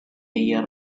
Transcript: year